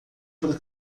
por